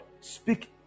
Speak